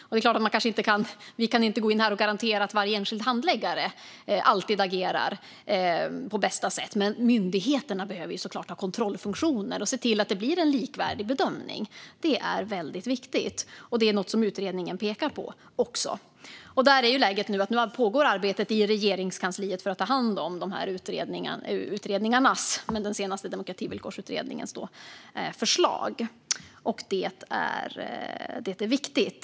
Vi kan inte gå in här och garantera att varje enskild handläggare alltid agerar på bästa sätt, men myndigheterna behöver såklart ha kontrollfunktioner och se till att det blir en likvärdig bedömning. Det är väldigt viktigt, och det är något som utredningen pekar på. Nu pågår arbetet i Regeringskansliet för att ta hand om förslag från dessa utredningar och även från Demokrativillkorsutredningen. Det är viktigt.